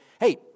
Hey